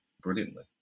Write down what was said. brilliantly